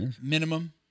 Minimum